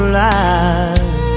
life